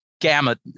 gamut